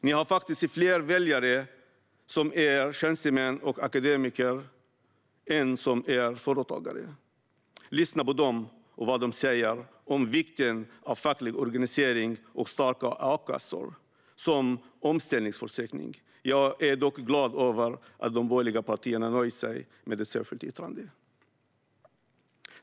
Ni har faktiskt fler väljare som är tjänstemän och akademiker än som är företagare. Lyssna på dem och vad de säger om vikten av facklig organisering och starka a-kassor som omställningsförsäkring. Jag är dock glad över att de borgerliga partierna nöjt sig med ett särskilt yttrande.